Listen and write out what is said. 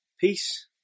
peace